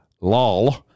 lol